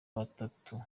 batanu